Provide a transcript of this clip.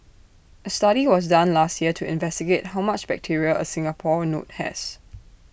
A study was done last year to investigate how much bacteria A Singapore note has